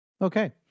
Okay